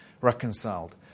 reconciled